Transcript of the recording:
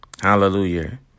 Hallelujah